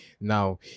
Now